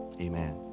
Amen